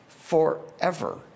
forever